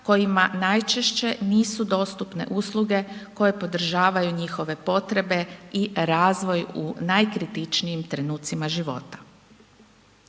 kojima najčešće nisu dostupne usluge koje podržavaju njihove potrebe i razvoj u najkritičnijim trenucima života.